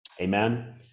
Amen